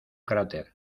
cráter